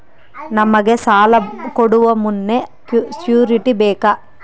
ನಮಗೆ ಸಾಲ ಕೊಡುವ ಮುನ್ನ ಶ್ಯೂರುಟಿ ಬೇಕಾ?